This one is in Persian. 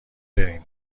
برین